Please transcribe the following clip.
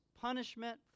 punishment